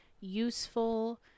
useful